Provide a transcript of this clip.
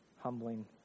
humbling